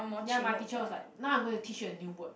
ya my teacher was like now I'm gonna teach you a new word